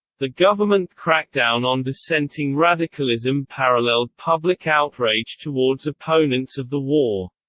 the government crackdown on dissenting radicalism paralleled public outrage towards opponents of the war.